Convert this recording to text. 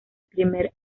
primer